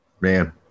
Man